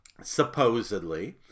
supposedly